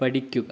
പഠിക്കുക